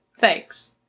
Thanks